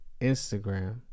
Instagram